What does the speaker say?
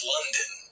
London